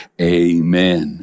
Amen